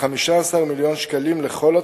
כ-15 מיליון שקלים לכל התקופה,